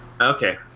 Okay